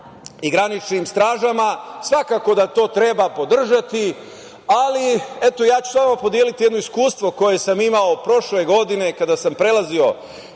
i graničnim stražama, svakako da to treba podržati. Ja ću samo podeliti jedno iskustvo koje sam imao prošle godine kada sam prelazio